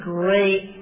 great